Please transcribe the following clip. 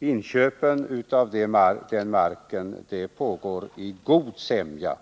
Inköpen av marken pågår i god sämja.